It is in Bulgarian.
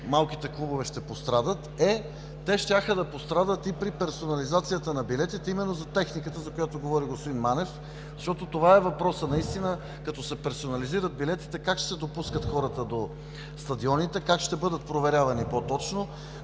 малките клубове ще пострадат. Е, те щяха да пострадат и при персонализацията на билетите именно за техниката, за която говори господин Манев, защото това е въпросът – наистина, като се персонализират билетите, как ще се допускат хората до стадионите, как ще бъдат проверявани по-точно?